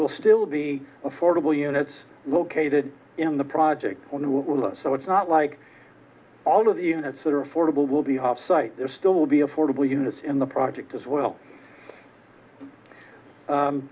will still be affordable units located in the project will not so it's not like all of the units that are affordable will be off site there still will be affordable units in the project as well